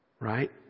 Right